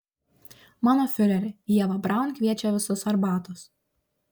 mano fiureri ieva braun kviečia visus arbatos